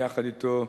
ביחד אתו,